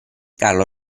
carlo